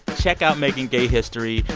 check out making gay history.